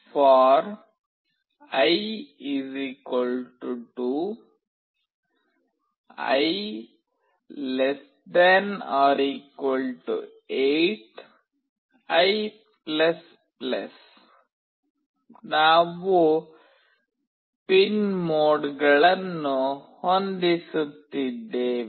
for i 2 i 8 i ನಾವು pin ಮೋಡ್ಗಳನ್ನು ಹೊಂದಿಸುತ್ತಿದ್ದೇವೆ